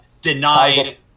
denied